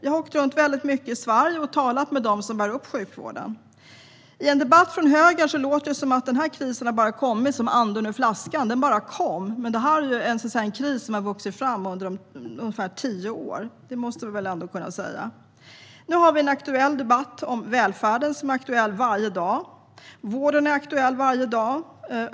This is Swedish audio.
Jag har åkt runt mycket i Sverige och talat med dem som bär upp sjukvården. I en debatt från högern låter det som att krisen har kommit som anden ur flaskan, men det här är en kris som har vuxit fram under ungefär tio år. Nu har vi en Aktuell debatt om välfärden. Den är aktuell varje dag. Vården är aktuell varje dag.